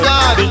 God